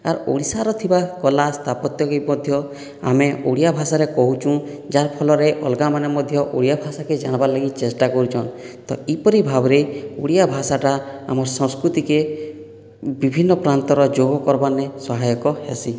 ଆର୍ ଓଡ଼ିଶାରେ ଥିବା କଲା ସ୍ଥାପତ୍ୟକେ ମଧ୍ୟ ଆମେ ଓଡ଼ିଆ ଭାଷାରେ କହୁଛୁଁ ଯାର୍ଫଳରେ ଅଲଗା ମାନେ ମଧ୍ୟ ଓଡ଼ିଆ ଭାଷାକେ ଜାଣ୍ବାର ଲାଗି ମଧ୍ୟ ଚେଷ୍ଟା କରୁଛନ୍ ତ ଏପରି ଭାବରେ ଓଡ଼ିଆ ଭାଷାଟା ଆମର୍ ସଂସ୍କୃତିକେ ବିଭିନ୍ନ ପ୍ରାନ୍ତର ଯୋଗ କର୍ବାରନେ ସହାୟକ ହେସି